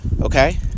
okay